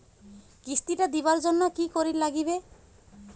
কিস্তি টা দিবার জন্যে কি করির লাগিবে?